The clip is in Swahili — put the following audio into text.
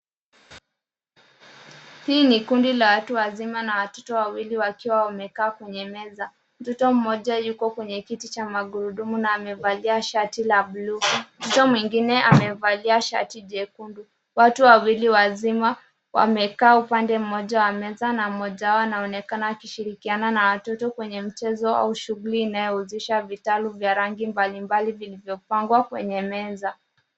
Hii ni kundi la watu wazima na watoto wawili wakiwa wamekaa kwenye meza. Mtoto mmoja yuko kwenye kiti cha magurudumu na amevalia shati la buluu. Mtoto mwingine amevalia shati jekundu. Watu wawili wazima wamekaa upande mmoja wa meza na mmoja wao anaonekana akishirikiana na watoto kwenye mchezo au shughuli inayohusisha vitalu vya rangi mbalimbali vilivyopangwa kwenye meza.